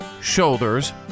shoulders